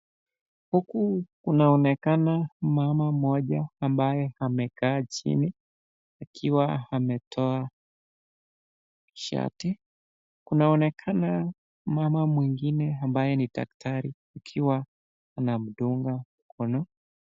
Huku kunaonekana mama moja ambaye amekaa chini akiwa ametoa shati, kunaonekana mama mwengine ambaye ni daktari akiwa anamdunga.